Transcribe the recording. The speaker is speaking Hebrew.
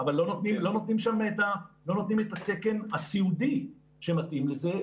אבל לא נותנים שם את התקן הסיעודי שמתאים לזה,